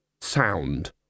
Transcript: sound